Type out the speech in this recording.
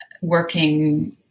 working